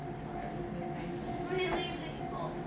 sorry, is it really painful? really painful